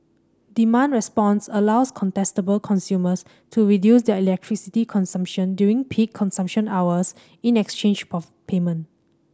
demand response allows contestable consumers to reduce their electricity consumption during peak consumption hours in exchange for payment